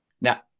Now